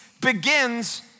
begins